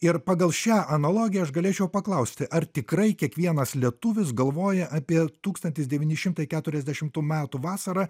ir pagal šią analogiją aš galėčiau paklausti ar tikrai kiekvienas lietuvis galvoja apie tūkstantis devyni šimtai keturiasdešimtų metų vasarą